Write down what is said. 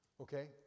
Okay